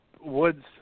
Woods